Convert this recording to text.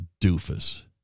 doofus